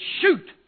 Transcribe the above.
shoot